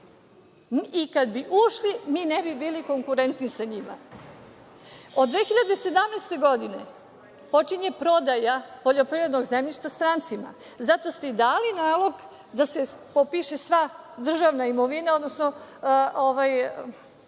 i kad bi ušli mi ne bi bili konkurentni sa njima. Od 2017. godine počinje prodaja poljoprivrednog zemljišta strancima. Zato ste i dali nalog da se popiše sva državna imovina, odnosno